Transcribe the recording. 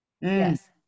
Yes